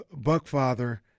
Buckfather